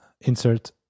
insert